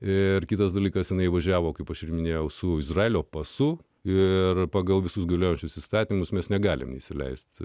ir kitas dalykas jinai važiavo kaip aš ir minėjau su izraelio pasu ir pagal visus galiojančius įstatymus mes negalime įsileisti